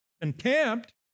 contempt